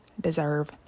deserve